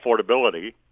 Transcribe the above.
affordability